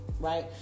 Right